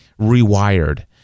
rewired